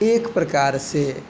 एक प्रकारसँ